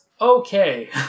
Okay